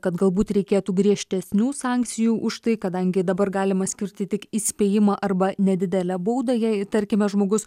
kad galbūt reikėtų griežtesnių sankcijų už tai kadangi dabar galima skirti tik įspėjimą arba nedidelę baudą jei tarkime žmogus